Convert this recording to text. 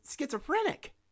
schizophrenic